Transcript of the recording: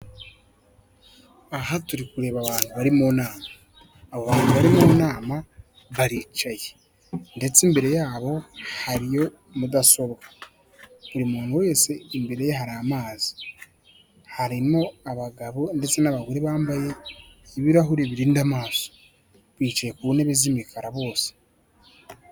Aha turi kureba abantu bari mu nama, abo bantu bari mu nama baricaye, ndetse imbere yabo hariyo mudasobwa, buri muntu wese imbere ye hari amazi, harimo abagabo ndetse n'abagore bambaye ibirahuri birinda amaso, bicaye ku ntebe z'imikara bose.